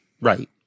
Right